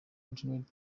continues